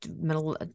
middle